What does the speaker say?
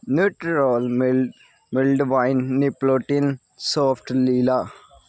ਨਿਊਟ੍ਰੋਲ ਮਿਲ mild wine ਨੈਪਲੋਟਿਨ ਸੋਫਟਲੀਲਾ